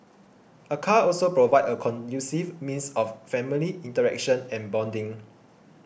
a car also provides a conducive means of family interaction and bonding